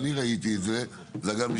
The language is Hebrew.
ראיתי את זה בעיון ראשוני,